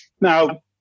Now